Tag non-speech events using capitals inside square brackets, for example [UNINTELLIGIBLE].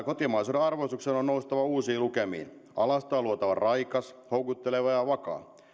[UNINTELLIGIBLE] kotimaisuuden arvostuksen on noustava uusiin lukemiin alasta on luotava raikas houkutteleva ja vakaa